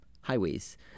highways